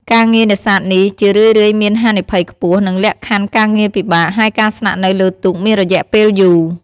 ការងារនេសាទនេះជារឿយៗមានហានិភ័យខ្ពស់ និងលក្ខខណ្ឌការងារពិបាក ហើយការស្នាក់នៅលើទូកមានរយៈពេលយូរ។